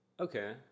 Okay